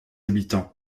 habitants